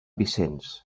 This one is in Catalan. vicenç